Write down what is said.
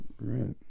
Right